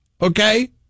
okay